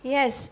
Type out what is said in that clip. Yes